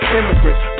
immigrants